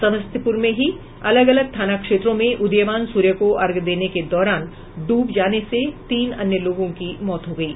समस्तीपुर में ही अलग अलग थाना क्षेत्रों में उदीयमान सूर्य को अर्घ्य देने के दौरान ड्रब जाने से तीन अन्य लोगों की मौत हो गयी